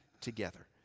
together